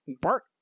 Bart